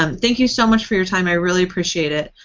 um thank you so much for your time. i really appreciate it.